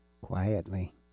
Quietly